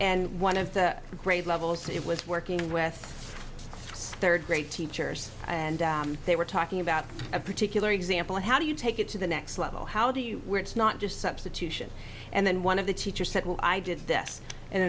and one of the grade levels it was working with third grade teachers and they were talking about a particular example of how do you take it to the next level how do you where it's not just substitution and then one of the teachers said well i did this and